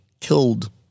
killed